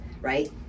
right